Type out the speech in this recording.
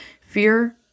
fear